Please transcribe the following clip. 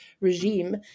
regime